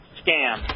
scam